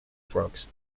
frogs